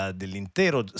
dell'intero